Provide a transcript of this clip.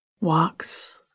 walks